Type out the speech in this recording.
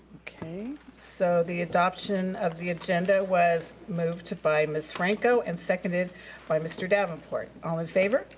so the adoption of the agenda was moved by miss franco, and seconded by mr. davenport. all in favor?